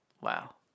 Wow